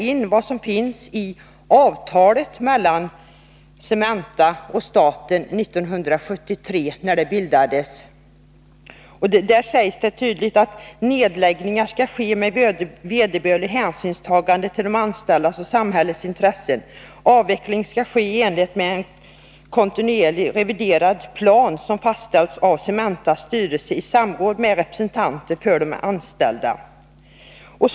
I avtalet mellan Cementa och staten år 1973 sägs det tydligt: ”Nedläggningar skall ske med vederbörligt hänsynstagande till de anställdas och samhällets intressen. Avveckling skall ske i enlighet med en kontinuerligt reviderad plan som fastställs av Cementas styrelse i samråd med representanter för de anställda.